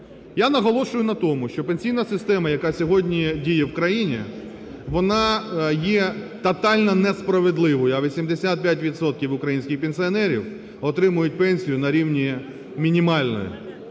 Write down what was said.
Я наголошую на тому, що пенсійна система, яка сьогодні діє в країні, вона є тотально несправедливою, а 85 відсотків отримують пенсію на рівні мінімальної,